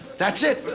that's it.